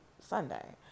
Sunday